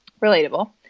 Relatable